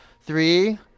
three